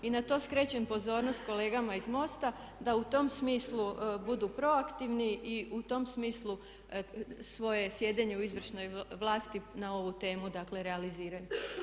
I na to skrećem pozornost kolegama iz MOST-a da u tom smislu budu proaktivni i u tom smislu svoje sjedenje u izvršnoj vlasti na ovu temu dakle realiziraju.